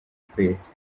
twese